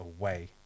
away